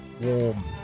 Warm